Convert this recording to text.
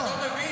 אתה לא מבין?